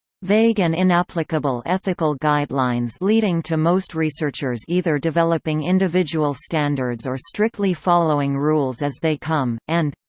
vague and inapplicable ethical guidelines leading to most researchers either developing individual standards or strictly following rules as they come and